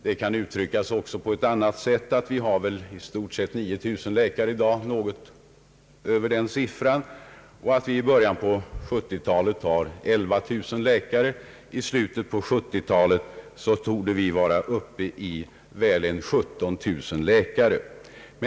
Det kan även uttryckas så, att vi i dag har något mer än 9 000 läkare, att vi i början av 1970 talet har 11 000 läkare och att vi i slutet av 1970-talet torde ha cirka 17 000 läkare.